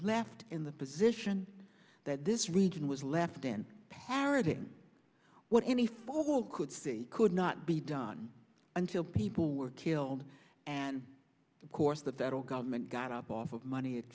left in the position that this region was left in parroting what any follow could see could not be done until people were killed and of course the federal government got up off of money